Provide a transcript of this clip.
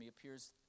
appears